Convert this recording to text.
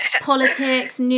politics